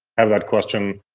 have that question,